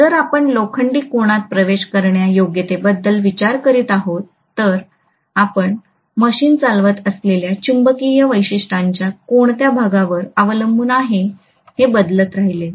जर आपण लोखंडी कोनात प्रवेश करण्यायोग्यतेबद्दल विचार करीत आहोत तर आपण मशीन चालवत असलेल्या चुंबकीय वैशिष्ट्यांच्या कोणत्या भागावर अवलंबून आहे हे बदलत राहिले